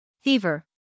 Fever